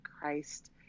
Christ